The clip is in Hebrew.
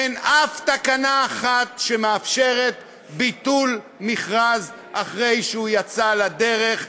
אין אף תקנה אחת שמאפשרת ביטול מכרז אחרי שהוא יצא לדרך,